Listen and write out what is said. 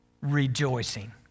rejoicing